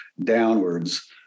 downwards